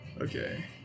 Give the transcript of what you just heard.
Okay